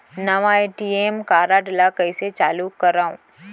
नवा ATM card ल कइसे चालू करव?